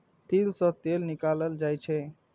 तिल सं तेल निकालल जाइ छै